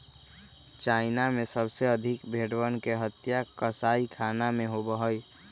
China में सबसे अधिक भेंड़वन के हत्या कसाईखाना में होबा हई